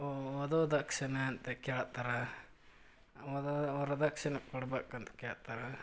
ವ ವಧುದಕ್ಷಿಣೆ ಅಂತ ಕೇಳ್ತಾರೆ ವಧು ವರದಕ್ಷಿಣೆ ಕೊಡ್ಬೇಕು ಅಂತ ಕೇಳ್ತಾರೆ